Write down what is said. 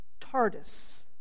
TARDIS